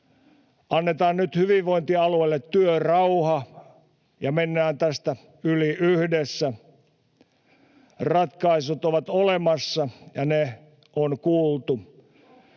Annetaan nyt hyvinvointialueille työrauha ja mennään tästä yli yhdessä. Ratkaisut ovat olemassa, ja ne on kuultu.